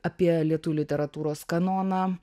apie lietuvių literatūros kanoną